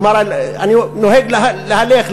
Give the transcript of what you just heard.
כלומר אני נוהג ללכת,